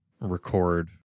record